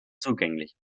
zugänglich